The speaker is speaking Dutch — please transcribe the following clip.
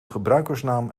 gebruikersnaam